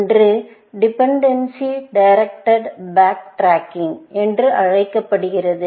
ஒன்று dependency directed back tracking என்று அழைக்கப்படுகிறது